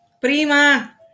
Prima